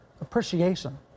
appreciation